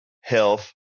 health